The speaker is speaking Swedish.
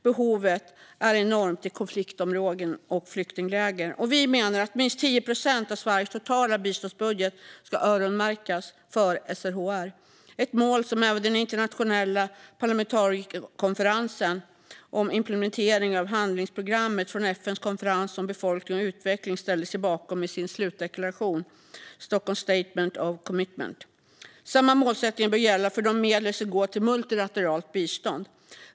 Behoven är enorma i konfliktområden och flyktingläger. Vi menar att minst 10 procent av Sveriges totala biståndsbudget ska öronmärkas för SRHR. Det är ett mål som även den internationella parlamentarikerkonferensen om implementering av handlingsprogrammet från FN:s konferens om befolkning och utveckling ställde sig bakom i sin slutdeklaration Stockholm Statement of Commitment. Samma målsättning bör gälla för de medel som går till multilateralt bistånd.